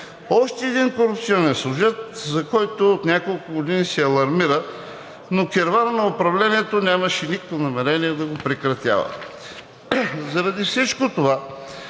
Още един концесионен сюжет, за който от няколко години се алармира, но керванът на управлението нямаше никакво намерение да го прекратява. Заради всичко това